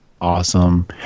Awesome